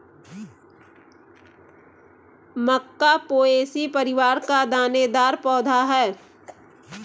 मक्का Poaceae परिवार का दानेदार पौधा है